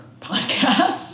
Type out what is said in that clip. podcast